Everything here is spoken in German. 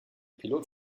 pilot